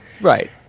right